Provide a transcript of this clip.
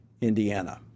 Indiana